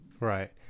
Right